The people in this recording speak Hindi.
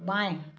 बाएँ